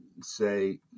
say